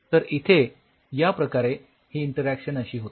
तर इथे या प्रकारे ही अशी इंटरॅक्शन होते